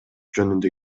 жөнүндө